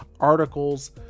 articles